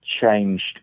changed